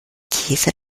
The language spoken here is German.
käse